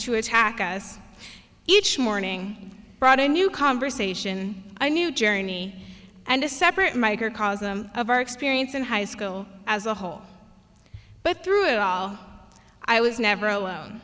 to attack us each morning brought a new conversation i knew journey and a separate microcosm of our experience in high school as a whole but through it all i was never alone